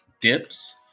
dips